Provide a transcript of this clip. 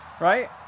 right